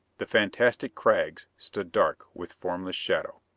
the fantastic crags stood dark with formless shadow.